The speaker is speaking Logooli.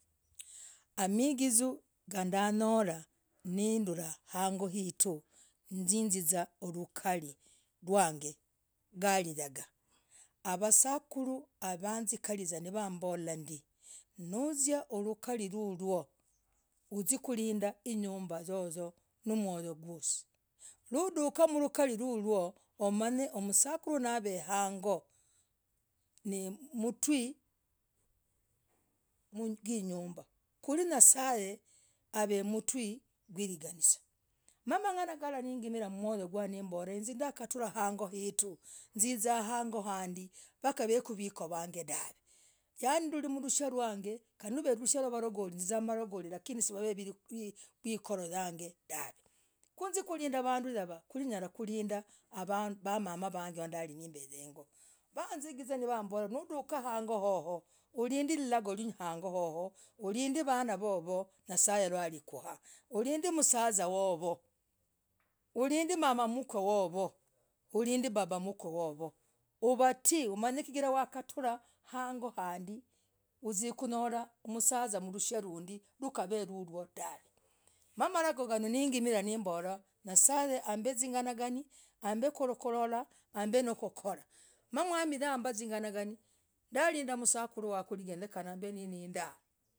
Amagizuu kah ndanyolah nindurah hang'oo hituu hinz zizaku lukariir rwag gali yangaa hawasakuruu alizikarizaa nakumborah ndii nuzia mlukarii lulwooo uzi uziekulindaa inyumbh yoyoyo na moyo gwosii noo dukah mrukalii rurwoo umenye vasukuru nav hang'oo ni nimtuii genyumbah kwiri nye'sa av mtui kwariganisah namang'ana galah nigimalah nomborah ndakatrah hang'oo kwituu ziizaa hang'oo handii nakuvukuu nimwikoo ang dahv yani ndakatrah mrushwaah yag lakini nizizah mmararagoli lakini nirushiaa yang dahv kuzii kulindaa vanduu yavaa kuu nyalah kulindaa avanduu wamamah wag namb heng'oo wazigizaa nambolaa wakadukah hang'oo yoyoyo ulinde hang'oo hohoo ulind vanaa vovoo nye'sa harakuwah ulind msazah hohoo ulind mamahmkw hohoo ulind babahmkw uvatii umenyekii waktrah hang'oo handii uzikunyolah msazaa mrushwaah indaii itakav lulwooo dahv malagoo ganoo nigimilah nimbolah nye'sa yambah viganganii amb kukurarah amb nokurah na mwamii ambah zinganaganii ndaalindah msakuru wahh kugenyekana nilindaa.